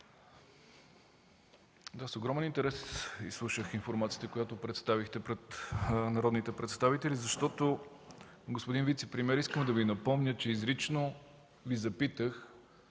С огромен интерес изслушах информацията, която представихте пред народните представители. Господин вицепремиер, искам да Ви напомня, че изрично Ви запитах